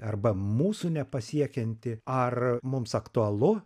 arba mūsų nepasiekianti ar mums aktualu